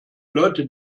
leute